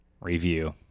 Review